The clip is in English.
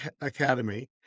academy